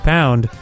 Pound